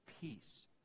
Peace